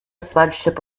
flagship